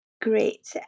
Great